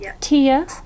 Tia